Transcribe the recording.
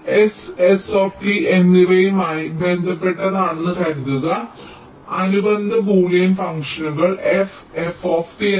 അതിനാൽ S S എന്നിവയുമായി ബന്ധപ്പെട്ടതാണെന്ന് കരുതുക അനുബന്ധ ബൂലിയൻ ഫംഗ്ഷനുകൾ F F